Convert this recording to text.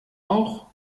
auch